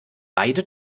beide